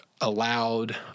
allowed